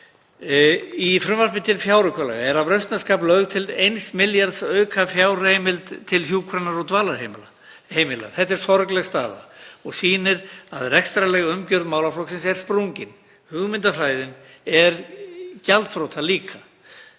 Í frumvarpi til fjáraukalaga er af rausnarskap lögð til 1 milljarðs aukafjárheimild til hjúkrunar- og dvalarheimila. Það er sorgleg staða og sýnir að rekstrarleg umgjörð málaflokksins er sprungin. Hugmyndafræðin er gjaldþrota líka.